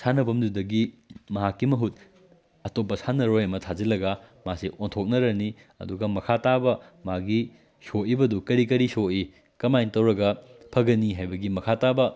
ꯁꯥꯟꯅꯐꯝꯗꯨꯗꯒꯤ ꯃꯍꯥꯛꯀꯤ ꯃꯍꯨꯠ ꯑꯇꯣꯞꯄ ꯁꯥꯟꯅꯔꯣꯏ ꯑꯃ ꯊꯥꯖꯤꯜꯂꯒ ꯃꯥꯁꯦ ꯑꯣꯟꯊꯣꯛꯅꯔꯅꯤ ꯑꯗꯨꯒ ꯃꯈꯥ ꯇꯥꯕ ꯃꯥꯒꯤ ꯁꯣꯛꯏꯕꯗꯨ ꯀꯔꯤ ꯀꯔꯤ ꯁꯣꯛꯏ ꯀꯃꯥꯏ ꯇꯧꯔꯒ ꯐꯒꯅꯤ ꯍꯥꯏꯕꯒꯤ ꯃꯈꯥ ꯇꯥꯕ